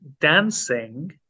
dancing